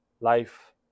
life